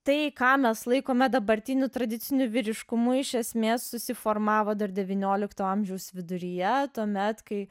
tai ką mes laikome dabartiniu tradiciniu vyriškumu iš esmės susiformavo dar devyniolikto amžiaus viduryje tuomet kai